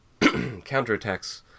counterattacks